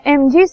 mg